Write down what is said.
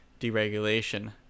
deregulation